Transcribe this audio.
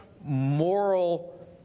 moral